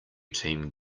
team